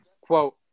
quote